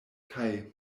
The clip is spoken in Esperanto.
kaj